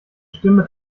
stimme